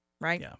Right